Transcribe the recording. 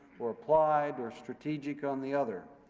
or applied or strategic on the other,